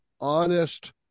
honest